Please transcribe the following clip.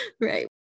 Right